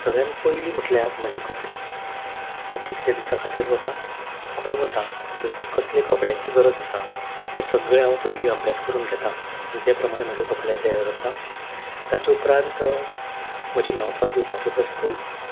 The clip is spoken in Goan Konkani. सगल्यान पयली म्हटल्यार म्हजे कपडे हांव कितले दिसा खातीर वता खंय वता थंयसर कसले कपड्यांची गरज आसा हें सगळें हांव पयली अभ्यास करून घेता आनी तेप्रमाणें म्हजे कपडे तयार करता ताच्या उपरांत म्हजे न्हांवपा धुवपाचें वस्तू